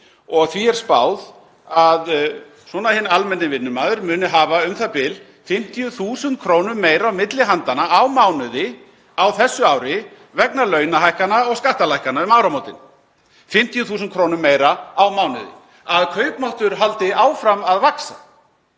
Því er spáð að hinn almenni vinnumaður muni hafa u.þ.b. 50.000 kr. meira á milli handanna á mánuði á þessu ári vegna launahækkana og skattalækkana um áramótin — 50.000 kr. meira á mánuði, að kaupmáttur haldi áfram að vaxa.